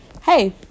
hey